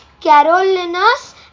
Carolinas